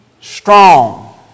strong